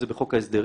זה בחוק ההסדרים,